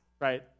right